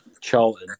Charlton